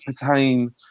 pertain